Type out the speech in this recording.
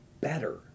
better